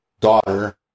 daughter